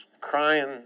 crying